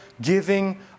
giving